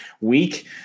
week